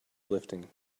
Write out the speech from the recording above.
lifting